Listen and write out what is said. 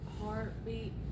heartbeat